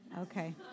okay